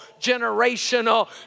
generational